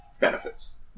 benefits